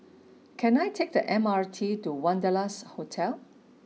can I take the M R T to Wanderlust Hotel